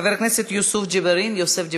חבר הכנסת יוסף ג'בארין,